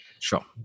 Sure